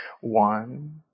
One